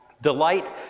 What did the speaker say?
Delight